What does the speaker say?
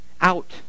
out